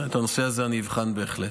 בסדר, את הנושא הזה אני אבחן בהחלט.